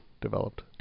developed